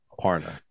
partner